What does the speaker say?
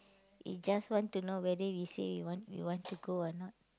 he just want to know whether we say we want we want to go or not